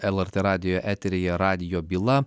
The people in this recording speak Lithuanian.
lrt radijo eteryje radijo byla